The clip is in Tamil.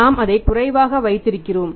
நாம் அதை குறைவாக வைத்திருக்கிறோம்